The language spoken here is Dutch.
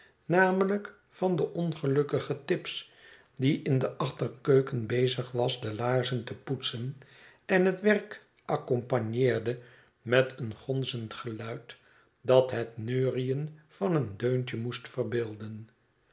namelijk van den ongelukkigen tibbs die in de achterkeuken bezig was de laarzen te poetsen en het werk accompagneerde met een gonzend geluid dat het neurien van een deuntje moest verbeelden